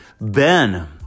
Ben